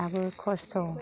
दाबो खस्थ'